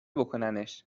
بکننش